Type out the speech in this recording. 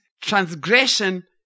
transgression